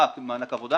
מה, מענק עבודה?